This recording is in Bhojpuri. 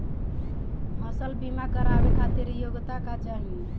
फसल बीमा करावे खातिर योग्यता का चाही?